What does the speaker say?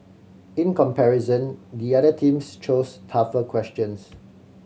in comparison the other teams chose tougher questions